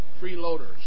Freeloaders